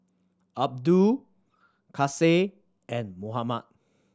Abdul Kasih and Muhammad